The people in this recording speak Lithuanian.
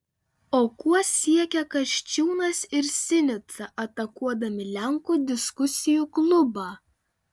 o kuo siekia kasčiūnas ir sinica atakuodami lenkų diskusijų klubą